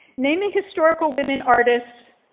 naming historical women artists,